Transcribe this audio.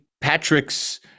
Patrick's